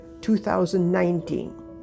2019